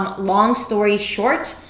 um long story short,